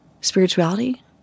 spirituality